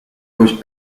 was